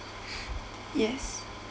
yes